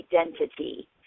Identity